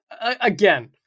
again